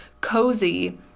cozy